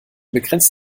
begrenzt